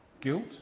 guilt